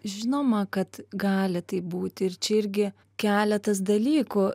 žinoma kad gali taip būti ir čia irgi keletas dalykų